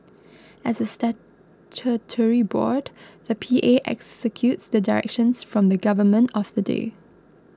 as a statutory board the P A executes the directions from the government of the day